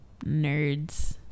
nerds